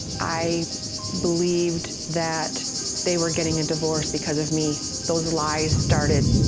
i believed that they were getting a divorce because of me. those lies started,